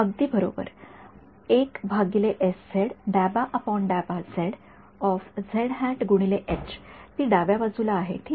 अगदी बरोबर ती डाव्या बाजूला आहे ठीक